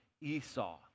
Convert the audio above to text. Esau